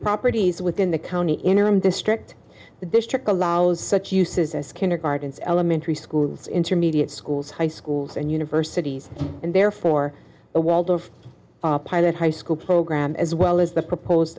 properties within the county interim district the district allows such uses as kindergartens elementary schools intermediate schools high schools and universities and therefore a world of pilot high school program as well as the proposed